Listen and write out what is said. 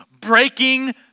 breaking